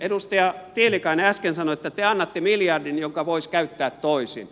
edustaja tiilikainen äsken sanoitte että annatte miljardin jonka voisi käyttää toisin